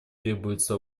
требуются